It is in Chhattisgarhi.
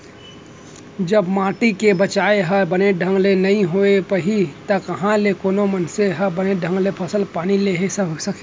जब माटी के बचाय ह बने ढंग ले नइ होय पाही त कहॉं ले कोनो मनसे ह बने ढंग ले फसल पानी लिये सकही